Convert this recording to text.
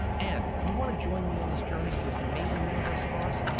and if you want to join me on this journey for this amazing universe of ours,